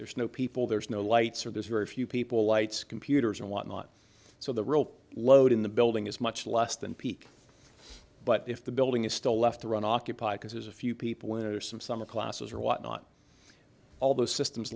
there's no people there's no lights or there's very few people lights computers and whatnot so the real load in the building is much less than peak but if the building is still left to run off because there's a few people in it or some summer classes or whatnot all the systems